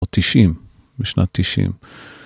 או תשעים, בשנת תשעים.